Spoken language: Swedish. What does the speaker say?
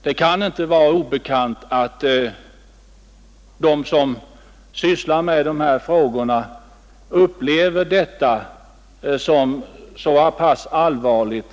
Det kan inte vara obekant att de som sysslar med dessa frågor upplever detta som allvarligt.